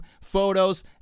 photos